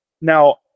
Now